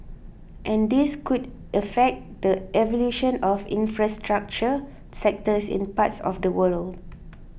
and this could affect the evolution of infrastructure sectors in parts of the world